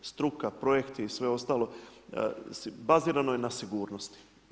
Struka, projekti i sve ostalo bazirano je na sigurnosti.